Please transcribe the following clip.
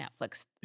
Netflix